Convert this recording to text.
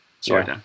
sorry